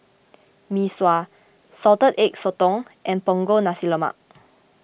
Mee Sua Salted Egg Sotong and Punggol Nasi Lemak